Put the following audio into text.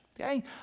Okay